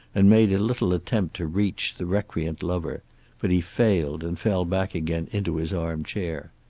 and made a little attempt to reach the recreant lover but he failed and fell back again into his armchair.